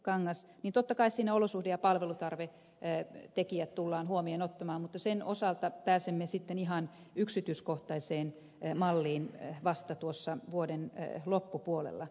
totta kai siinä olosuhde ja palvelutarvetekijät tullaan huomioon ottamaan mutta sen osalta pääsemme sitten ihan yksityiskohtaiseen malliin vasta tuossa vuoden loppupuolella